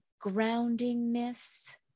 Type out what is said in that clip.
groundingness